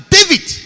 David